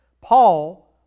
Paul